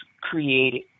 created